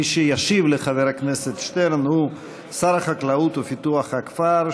מי שישיב לחבר הכנסת שטרן הוא שר החקלאות ופיתוח הכפר,